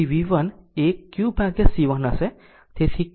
તેથી v 1 એ qC1હશે